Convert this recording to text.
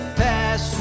pass